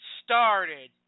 started